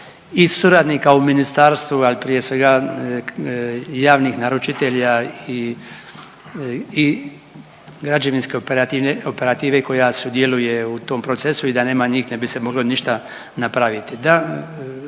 i suradnika u ministarstvu, ali prije svega, javnih naručitelja i, i građevinske operativne, operative koja sudjeluje u tom procesu i da nema njih ne bi se moglo ništa napraviti.